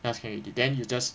thus can already then you just